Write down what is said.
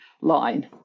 line